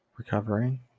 Recovering